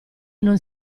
non